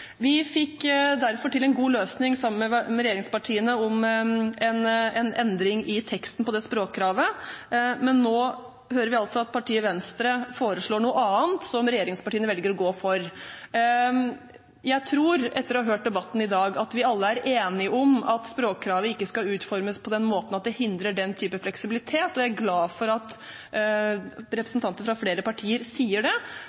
Vi fikk derfor til en god løsning sammen med regjeringspartiene om en endring av teksten i det språkkravet, men nå hører vi altså at partiet Venstre foreslår noe annet, som regjeringspartiene velger å gå for. Jeg tror, etter å ha hørt debatten i dag, at vi alle er enige om at språkkravet ikke skal utformes på den måten at det hindrer den typen fleksibilitet, og jeg er glad for at representanter for flere partier sier det.